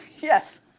Yes